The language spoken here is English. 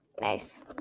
nice